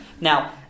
Now